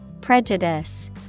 Prejudice